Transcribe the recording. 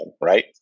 right